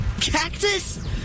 Cactus